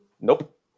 Nope